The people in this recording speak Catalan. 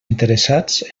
interessats